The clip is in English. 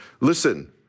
Listen